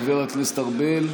חבר הכנסת ארבל?